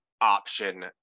option